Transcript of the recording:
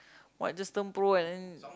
what just turn pro and then